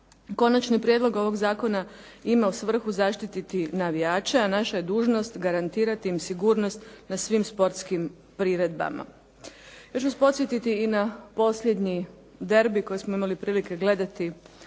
Konačni prijedlog ovog zakona ima u svrhu zaštititi navijače, a naša je dužnost garantirati im sigurnost na svim sportskim priredbama. Ja ću vas podsjetiti i na posljednji derbi koji smo imali prilike gledati